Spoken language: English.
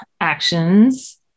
actions